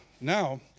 now